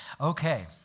Okay